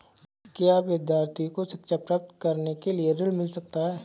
क्या विद्यार्थी को शिक्षा प्राप्त करने के लिए ऋण मिल सकता है?